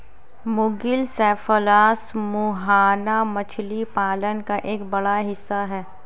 मुगिल cephalus मुहाना मछली पालन का एक बड़ा हिस्सा है